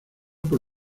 por